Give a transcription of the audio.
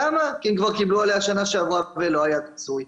כי הן כבר קיבלו עליה בשנה שעברה ולא היה ניצול,